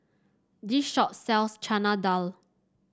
this shop sells Chana Dal